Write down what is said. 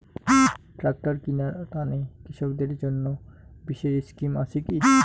Tractor কিনার তানে কৃষকদের জন্য বিশেষ স্কিম আছি কি?